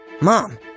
Mom